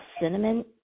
cinnamon